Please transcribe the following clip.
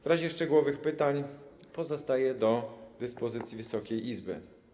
W razie szczegółowych pytań pozostaję do dyspozycji Wysokiej Izby.